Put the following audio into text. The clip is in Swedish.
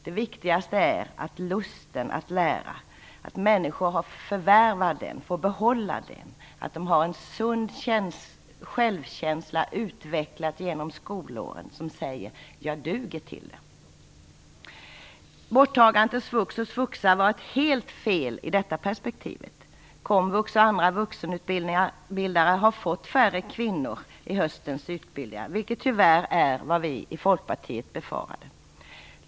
Det viktigaste är att människor förvärvar och får behålla lusten att lära och att de har en sund självkänsla, utvecklad genom skolåren, som säger: Jag duger till det. Borttagandet av barntillägget i svux och svuxa var helt fel i detta perspektiv. Komvux och andra vuxenutbildare har fått färre kvinnor i höstens utbildningar, vilket tyvärr är vad vi i Folkpartiet befarade.